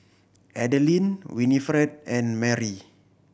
Adelyn Winifred and Marry